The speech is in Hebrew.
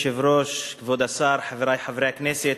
אדוני היושב-ראש, כבוד השר, חברי חברי הכנסת,